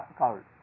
called